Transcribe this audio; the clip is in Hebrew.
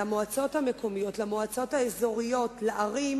למועצות המקומיות, למועצות האזוריות, לערים